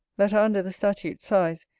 that are under the statute size,